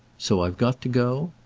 so i've got to go?